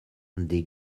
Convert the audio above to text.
des